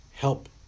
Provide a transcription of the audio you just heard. help